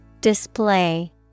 Display